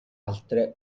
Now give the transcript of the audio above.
altre